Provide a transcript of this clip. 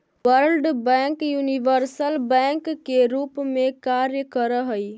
world Bank universal bank के रूप में कार्य करऽ हइ